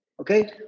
Okay